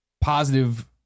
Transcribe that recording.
positive